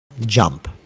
jump